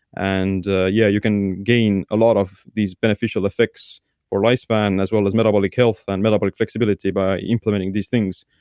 and yeah you can gain a lot of these beneficial effects or lifespan, as well as metabolic health and metabolic flexibility by implementing these things.